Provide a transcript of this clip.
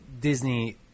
Disney